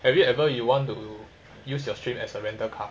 have you ever you want to use your stream as a rental car